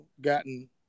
gotten